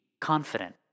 confident